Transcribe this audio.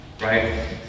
right